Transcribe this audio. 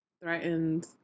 threatened